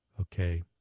Okay